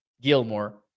Gilmore